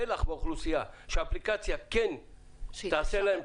אותו פלח באוכלוסייה שהאפליקציה כן תעשה להם